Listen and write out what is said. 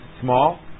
small